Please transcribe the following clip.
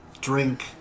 drink